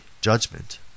judgment